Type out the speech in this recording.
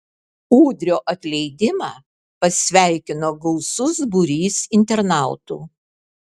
udrio atleidimą pasveikino gausus būrys internautų